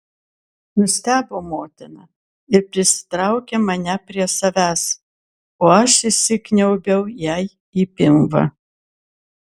nustebo motina ir prisitraukė mane prie savęs o aš įsikniaubiau jai į pilvą